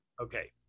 Okay